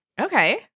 Okay